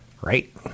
Right